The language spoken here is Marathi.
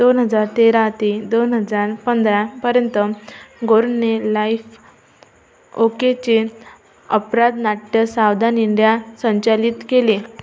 दोन हजार तेरा ते दोन हजार पंधरापर्यंत गोरने लाइफ ओकेचे अपराध नाट्य सावधान इंडिया संचालित केले